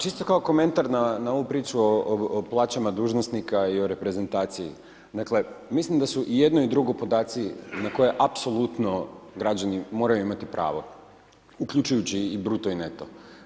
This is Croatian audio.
Čisto kao komentar na ovu priču o plaćama dužnosnika i o reprezentaciji, mislim da su i jedno i drugo podaci na koje apsolutno građani moraju imati pravo, uključujući i bruto i neto.